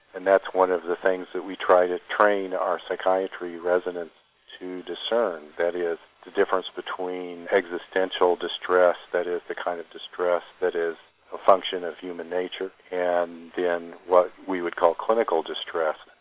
and that's one of the things that we try to train our psychiatry residents to discern that is, the difference between existential distress that is the kind of distress that is a function of human nature and then what we would call clinical distress.